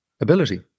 ability